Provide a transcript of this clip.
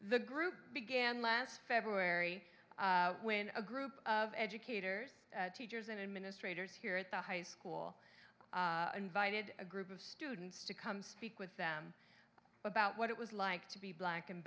the group began last february when a group of educators teachers and administrators here at the high school invited a group of students to come speak with them about what it was like to be black